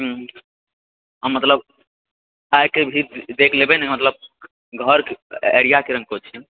हूँ मतलब आइके भी देख लेबै ने मतलब घर एरिया केहन को छै